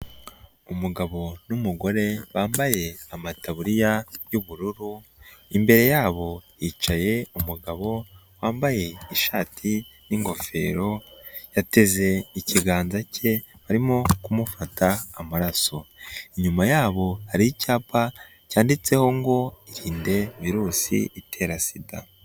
Umugabo n'umugore bambaye amataburiya y',ubururu imbere yabo hicaye umugabo wambaye ishati n'ingofero yateze ikiganza ke barimo kumufata amaraso, inyuma yabo hari icyapa cyanditseho ngo: "Irinde virusi itera SIDA".